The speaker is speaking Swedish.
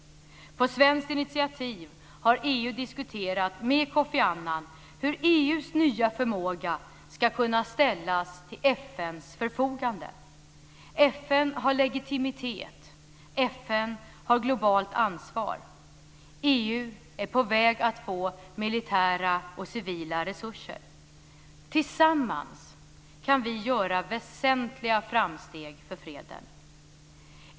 På svenskt initiativ har EU diskuterat med Kofi Annan hur EU:s nya förmåga ska kunna ställas till FN:s förfogande. FN har legitimitet, FN har globalt ansvar - EU är på väg att få militära och civila resurser. Tillsammans kan vi göra väsentliga framsteg för freden.